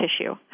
Tissue